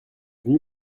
venu